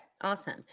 awesome